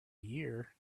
year